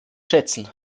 schätzen